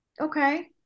Okay